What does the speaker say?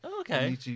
Okay